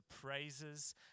praises